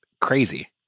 crazy